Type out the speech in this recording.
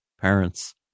Parents